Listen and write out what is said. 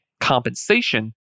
compensation